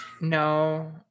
No